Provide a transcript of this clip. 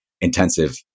intensive